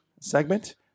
segment